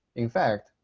in fact,